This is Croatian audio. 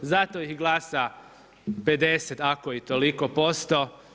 Zato ih i glasa 50, ako i toliko posto.